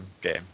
game